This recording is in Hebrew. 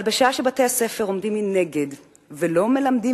אבל בשעה שבתי-הספר עומדים מנגד ולא מלמדים